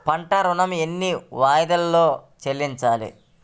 పంట ఋణం ఎన్ని వాయిదాలలో చెల్లించాలి?